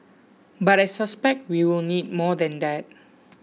but I suspect we will need more than that